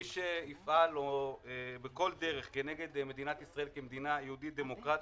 מי שיפעל בכל דרך כנגד מדינת ישראל כמדינה יהודית ודמוקרטית,